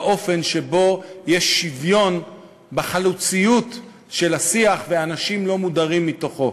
באופן שבו יש שוויון בחלוציות של השיח ואנשים לא מודרים מתוכו.